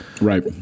Right